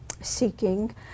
seeking